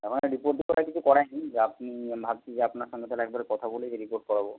আমার রিপোর্ট টিপোর্ট আর কিছু করাই নি যা আপনি ভাবছি যে আপনার সঙ্গে তাহলে একবার কথা বলে রিপোর্ট করাবো